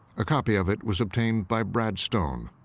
a copy of it was obtained by brad stone.